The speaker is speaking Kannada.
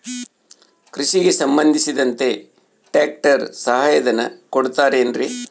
ಕೃಷಿಗೆ ಸಂಬಂಧಿಸಿದಂತೆ ಟ್ರ್ಯಾಕ್ಟರ್ ಸಹಾಯಧನ ಕೊಡುತ್ತಾರೆ ಏನ್ರಿ?